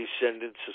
descendants